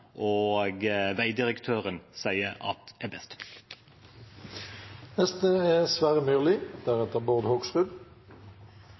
og vegdirektøren sier er